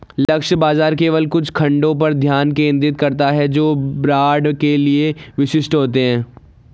लक्ष्य बाजार केवल कुछ खंडों पर ध्यान केंद्रित करता है जो ब्रांड के लिए विशिष्ट होते हैं